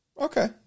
Okay